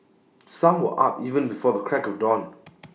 some were up even before the crack of dawn